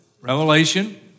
Revelation